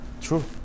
True